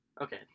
Okay